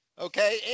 okay